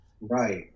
Right